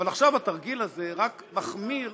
אבל עכשיו התרגיל הזה רק מחמיר